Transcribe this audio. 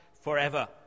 forever